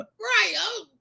right